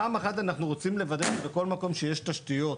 פעם אחת אנחנו רוצים לוודא שבכל מקום שיש תשתיות